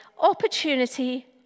opportunity